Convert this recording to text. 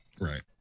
Right